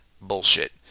bullshit